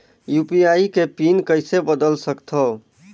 UPI के pin कइसे बदल सकथव?